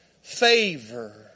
favor